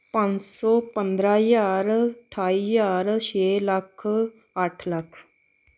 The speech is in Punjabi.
ਪੰਜ ਸੌ ਪੰਦਰਾਂ ਹਜ਼ਾਰ ਅਠਾਈ ਹਜ਼ਾਰ ਛੇ ਲੱਖ ਅੱਠ ਲੱਖ